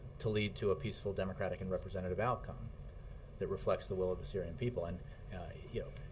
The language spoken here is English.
to lead to a peaceful, democratic and representative outcome that reflects the will of the syrian people. and yeah